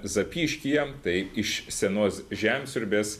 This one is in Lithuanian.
zapyškyje tai iš senos žemsiurbės